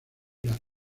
las